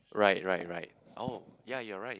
right right right oh ya you're right